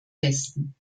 besten